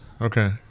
Okay